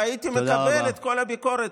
והייתי מקבל את כל הביקורת.